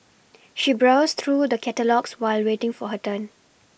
she browsed through the catalogues while waiting for her turn